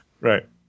Right